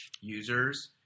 users